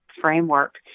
framework